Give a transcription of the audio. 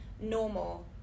normal